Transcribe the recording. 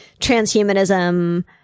transhumanism